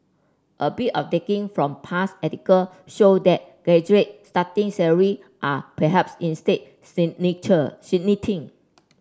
a bit of digging from past article show that graduate starting salary are perhaps instead stagnating